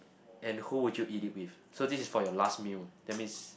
and who would you eat it with so this is for your last meal that means